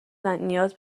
نیاز